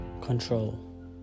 control